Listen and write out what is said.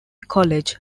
college